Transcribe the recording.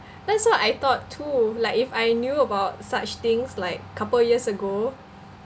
that's what I thought too like if I knew about such things like couple years ago